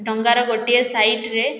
ଡଙ୍ଗାର ଗୋଟିଏ ସାଇଟରେ